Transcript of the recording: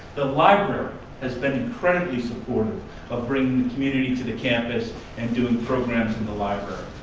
the library has been incredibly supportive of bringing the community to the campus and doing programs in the library.